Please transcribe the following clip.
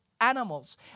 animals